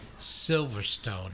Silverstone